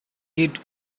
did